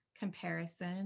Comparison